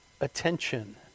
attention